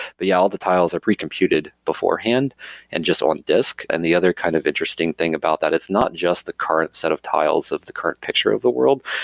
but yeah, all the tiles are pre computed beforehand and just on disk. and the other kind of interesting thing about that it's not just the current set of tiles of the current picture of the world,